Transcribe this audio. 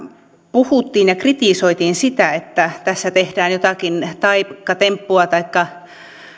puhuttiin ja kritisoitiin sitä että tässä tehdään jotakin taikatemppua taikka